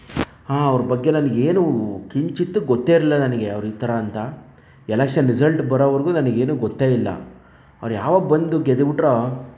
ಹಾ ಅವರ ಬಗ್ಗೆ ನನಗೇನು ಕಿಂಚಿತ್ತೂ ಗೊತ್ತೇ ಇರ್ಲಿಲ್ಲ ನನಗೆ ಅವರ ಈ ಥರ ಅಂತ ಎಲೆಕ್ಷನ್ ರಿಸಲ್ಟ್ ಬರೋವರೆಗೂ ನನಗೇನು ಗೊತ್ತೇ ಇಲ್ಲ ಅವರು ಯಾವಾಗ ಬಂದು ಗೆದ್ದುಬಿಟ್ರೋ